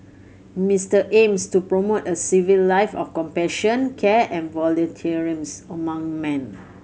Mister aims to promote a civic life of compassion care and volunteer amongst man